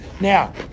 Now